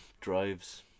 drives